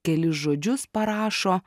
kelis žodžius parašo